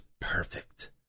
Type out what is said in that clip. perfect